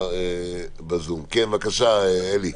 בבקשה, אלי.